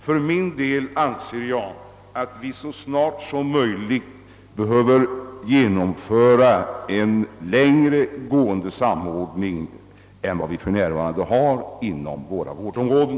För min del anser jag dock att vi så snart som möjligt bör genomföra en längre gående samordning än vad vi för närvarande har inom våra vårdområden.